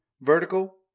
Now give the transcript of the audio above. vertical